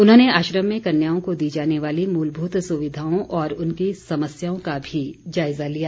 उन्होंने आश्रम में कन्याओं को दी जाने वाली मूलभूत सुविधाओं और उनकी समस्याओं का भी जायज़ा लिया